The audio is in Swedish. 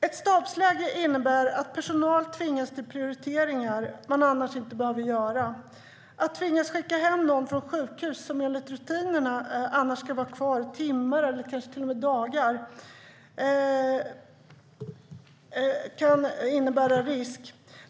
Ett stabsläge innebär att personal tvingas till prioriteringar man annars inte behöver göra. Att tvingas skicka hem någon från sjukhuset som enligt rutinerna annars ska vara kvar där timmar eller kanske till och med dagar kan innebära en risk.